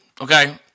Okay